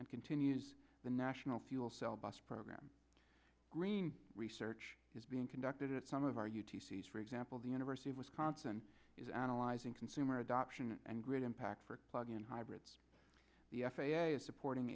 and continues the national fuel cell bus program green research is being conducted at some of our u t c s for example the university of wisconsin is analyzing consumer adoption and grid impact for plug in hybrids the f a a is supporting